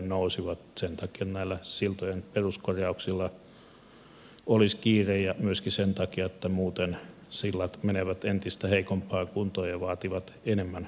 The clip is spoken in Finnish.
sen takia näillä siltojen peruskorjauksilla olisi kiire ja myöskin sen takia että muuten sillat menevät entistä heikompaan kuntoon ja vaativat enemmän peruskorjausrahaa